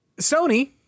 Sony